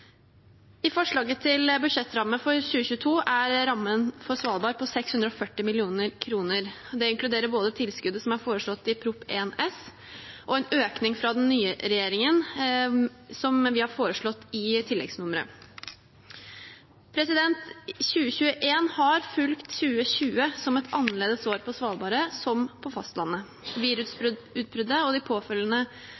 I forslaget til budsjettramme for 2022 er rammen for Svalbard på 640 mill. kr. Det inkluderer både tilskuddet som er foreslått i Prop. 1 S for 2021–2022, og en økning fra den nye regjeringen, som vi har foreslått i tilleggsnummeret. 2021 har fulgt 2020 som et annerledes år på Svalbard – som på fastlandet.